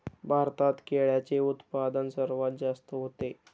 भारतात केळ्यांचे उत्पादन सर्वात जास्त होते